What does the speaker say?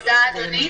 תודה, אדוני.